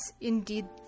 indeed